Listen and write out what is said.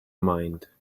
mind